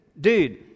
dude